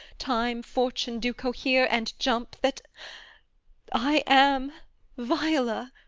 time, fortune, do cohere and jump that i am viola